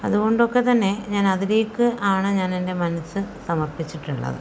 അതുകൊണ്ടൊക്കെത്തന്നെ ഞാൻ അതിലേക്ക് ആണ് ഞാനെൻ്റെ മനസ്സ് സമർപ്പിച്ചിട്ടുള്ളത്